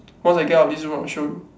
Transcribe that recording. once I get out of this room I will show you